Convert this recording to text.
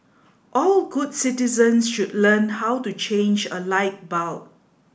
all good citizens should learn how to change a light bulb